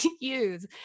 use